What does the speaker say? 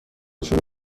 شروع